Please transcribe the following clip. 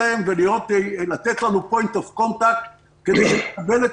אליהן ולתת לנו point of contact כדי לקבל את